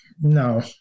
no